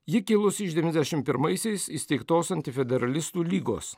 ji kilus iš devyniasdešim pirmaisiais įsteigtos antifederalistų lygos